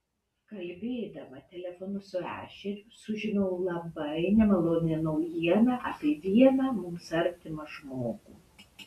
kalbėdama telefonu su ešeriu sužinojau labai nemalonią naujieną apie vieną mums artimą žmogų